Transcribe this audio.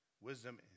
wisdom